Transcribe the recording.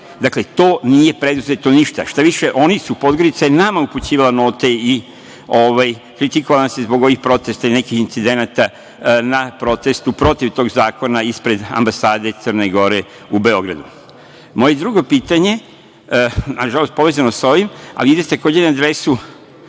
Dakle, to nije preduzeto ništa. Šta više, oni su, Podgorica je nama upućivala note i kritikovala nas je zbog ovih protesta i nekih incidenata na protestu protiv tog zakona ispred Ambasade Crne Gore u Beogradu. Moje drugo pitanje, nažalost povezano sa ovim, ide takođe na adresu